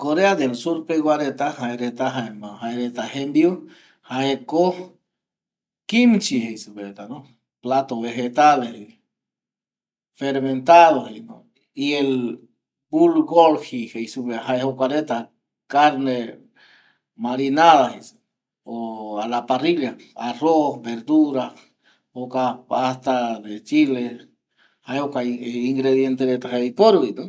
Korea del sur jae y tembiu reta jaeko kinchi platos vegetales fermentados, carne marinada, arroz, verdura jae jokua ingrediente jaereta oiporuvi.